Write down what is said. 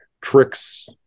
tricks